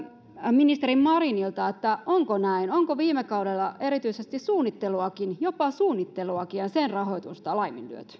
ministeri marinilta onko näin onko viime kaudella erityisesti jopa suunnitteluakin ja sen rahoitusta laiminlyöty